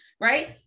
right